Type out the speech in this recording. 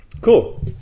Cool